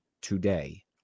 today